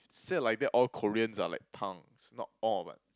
say like that all Koreans are like punks not all but